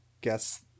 guess